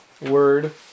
word